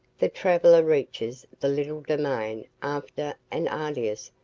the traveler reaches the little domain after an arduous,